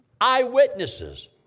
eyewitnesses